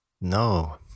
No